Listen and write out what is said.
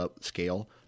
scale